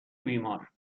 بیمار